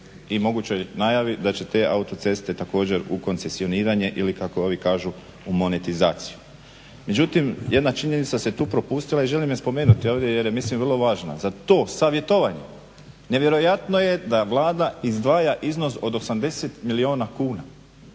i mogućoj najavi da će te autoceste također u koncesioniranje ili kako oni kažu u monetizaciju. Međutim, jedna činjenica se tu propustila i želim je spomenuti ovdje jer je mislim vrlo važna. Za to savjetovanje nevjerojatno je da Vlada izdvaja iznos od 80 milijuna kuna